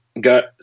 got